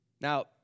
Now